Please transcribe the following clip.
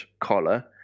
collar